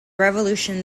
revolution